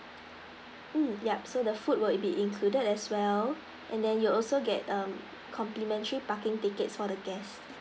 mm yup so the food would be included as well and then you'll also get um complimentary parking tickets for the guest